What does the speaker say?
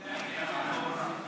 עד אתמול לא קיבלנו.